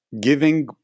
giving